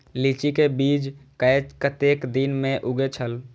लीची के बीज कै कतेक दिन में उगे छल?